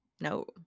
No